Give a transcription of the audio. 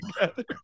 together